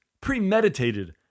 Premeditated